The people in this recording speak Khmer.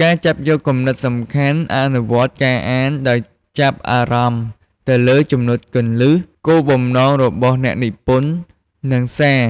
ការចាប់យកគំនិតសំខាន់ អនុវត្តការអានដោយចាប់អារម្មណ៍ទៅលើចំណុចគន្លឹះ គោលបំណងរបស់អ្នកនិពន្ធ និងសារ